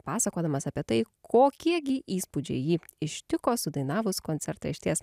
pasakodamas apie tai kokie gi įspūdžiai jį ištiko sudainavus koncertą išties